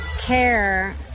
care